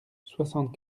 soixante